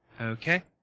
Okay